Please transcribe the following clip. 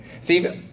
See